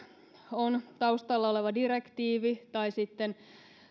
on taustalla oleva direktiivi tai sitten